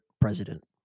president